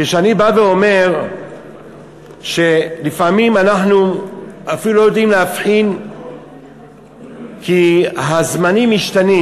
כשאני בא ואומר שלפעמים אנחנו אפילו לא יודעים להבחין כי הזמנים משתנים,